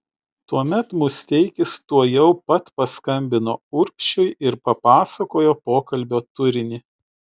tuomet musteikis tuojau pat paskambino urbšiui ir papasakojo pokalbio turinį